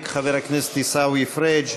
שאותה ינמק חבר הכנסת עיסאווי פריג'.